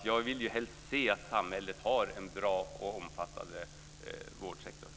Jag vill helst se att samhället har en bra och omfattande vårdsektor.